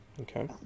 Okay